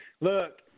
Look